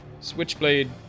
switchblade